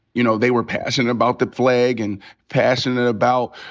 you know, they were passionate about the flag, and passionate about,